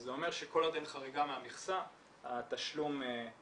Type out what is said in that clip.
זה אומר שכל עוד אין חריגה מהמכסה התשלום יועבר.